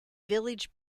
village